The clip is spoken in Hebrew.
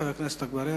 חבר הכנסת עפו אגבאריה,